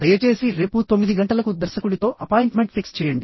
దయచేసి రేపు 9 గంటలకు దర్శకుడితో అపాయింట్మెంట్ ఫిక్స్ చేయండి